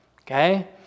Okay